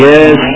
Yes